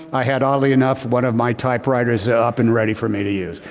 i had oddly enough one of my typewriters ah up and ready for me to use.